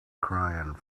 crying